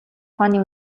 ухааны